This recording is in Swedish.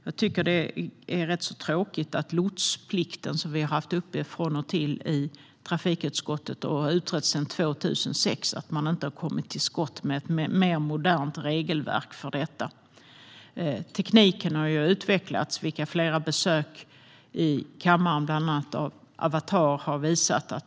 Jag tycker att det är rätt tråkigt att man inte har kommit till skott med ett mer modernt regelverk för lotsplikten, som vi från och till har haft uppe i trafikutskottet och har utrett sedan 2006. Tekniken har ju utvecklats, vilket flera besök i riksdagen från bland annat Avatar har visat.